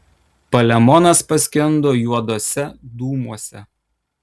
palemonas paskendo juoduose dūmuose